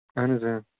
اَہن حظ